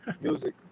music